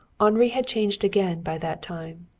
henri had changed again by that time,